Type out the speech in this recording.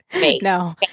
No